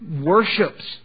worships